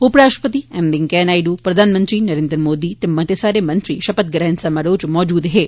उप राष्ट्रपति एम वैंकेया नायडू प्रधानमंत्री नरेंद्र मोदी ते मते सारे मंत्री शपथ ग्रहण समारोह इच मौजूद हे